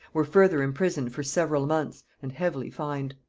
were further imprisoned for several months and heavily fined.